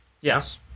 Yes